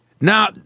now